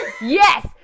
Yes